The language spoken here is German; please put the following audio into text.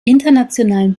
internationalen